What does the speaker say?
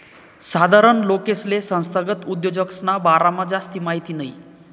साधारण लोकेसले संस्थागत उद्योजकसना बारामा जास्ती माहिती नयी